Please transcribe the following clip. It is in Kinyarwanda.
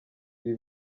ibi